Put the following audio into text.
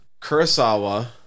Kurosawa